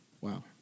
Wow